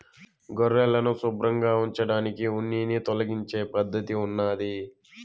గొర్రెలను శుభ్రంగా ఉంచడానికి ఉన్నిని తొలగించే పద్ధతి ఉన్నాది